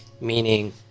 Meaning